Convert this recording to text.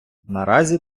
наразі